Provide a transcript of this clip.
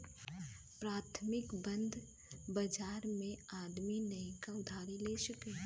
प्राथमिक बंध बाजार मे आदमी नइका उधारी ले सके